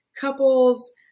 couples